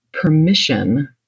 permission